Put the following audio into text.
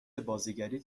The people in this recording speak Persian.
بازیگریت